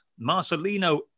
Marcelino